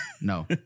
No